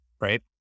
right